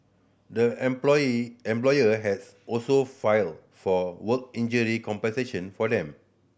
the employee employer has also filed for work injury compensation for them